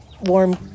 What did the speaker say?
warm